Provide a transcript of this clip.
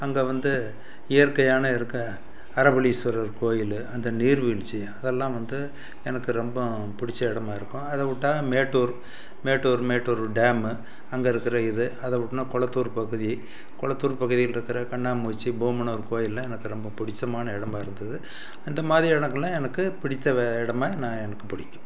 அங்கே வந்து இயற்கையான இருக்க அறப்பளீஸ்வரர் கோயில் அந்த நீர்வீழ்ச்சி அதெல்லாம் வந்து எனக்கு ரொம்ப பிடிச்ச இடமா இருக்கும் அதை விட்டா மேட்டூர் மேட்டூர் மேட்டூர் டேமு அங்கே இருக்கிற இது அதை விட்டோம்னா கொளத்தூர் பகுதி கொளத்தூர் பகுதியில் இருக்கிற கண்ணாமூச்சி போமனூர் கோவில்லாம் எனக்கு ரொம்ப பிடிச்சமான இடமா இருந்தது அந்த மாதிரி இடங்கள்லாம் எனக்கு பிடித்த இடமா நான் எனக்கு பிடிக்கும்